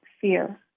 fear